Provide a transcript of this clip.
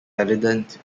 evident